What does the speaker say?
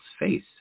face